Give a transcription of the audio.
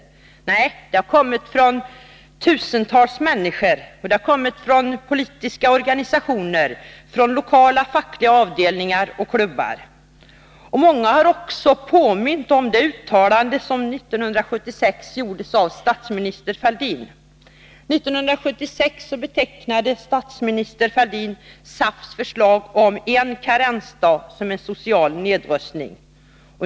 Nej, sådana har kommit från tusentals människor, de har kommit från politiska organisationer, från lokala fackliga avdelningar och klubbar. Många har också påmint om det uttalande som gjordes 1976 av statsminister Fälldin. År 1976 betecknade statsminister Fälldin SAF:s förslag om en karensdag som en social nedrustning.